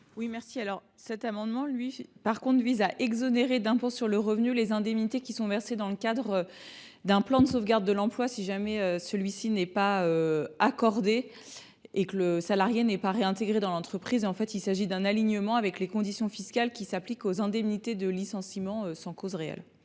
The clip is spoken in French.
du précédent, cet amendement vise à exonérer d’impôt sur le revenu les indemnités versées dans le cadre d’un plan de sauvegarde de l’emploi si celui ci est annulé et que le salarié n’est pas réintégré dans l’entreprise. En fait, il s’agit d’un alignement sur les conditions fiscales qui s’appliquent aux indemnités de licenciement sans cause réelle